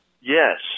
Yes